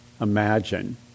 imagine